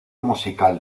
musical